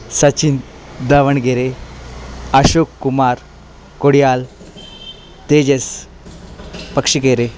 Sachin Davanagere Ashok Kumar Kodiyal Tejas Pakshigere